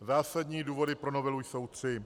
Zásadní důvody pro novelu jsou tři.